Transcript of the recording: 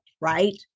right